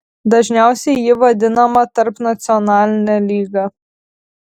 dažniausiai ji vadinama tarpnacionaline lyga